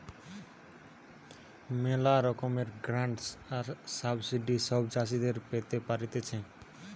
ম্যালা রকমের গ্রান্টস আর সাবসিডি সব চাষীরা পেতে পারতিছে